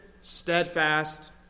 steadfast